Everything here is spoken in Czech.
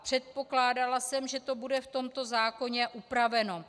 Předpokládala jsem, že to bude v tomto zákoně upraveno.